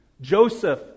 Joseph